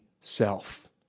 self